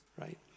right